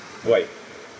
right